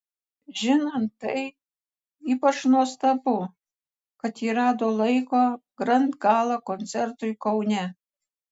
žinant tai ypač nuostabu kad ji rado laiko grand gala koncertui kaune